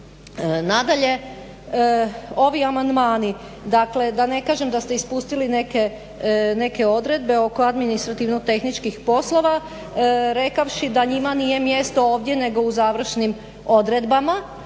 Nadalje, ovi amandmani dakle da ne kažem da ste ispustili neke odredbe oko administrativno tehničkih poslova rekavši da njima nije mjesto ovdje nego u završnim odredbama.